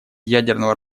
ядерного